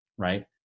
right